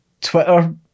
Twitter